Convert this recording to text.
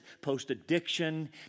post-addiction